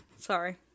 Sorry